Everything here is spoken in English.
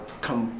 come